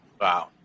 Wow